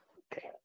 okay